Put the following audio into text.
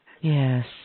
Yes